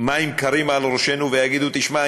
מים קרים מעל ראשינו ויגידו: תשמע,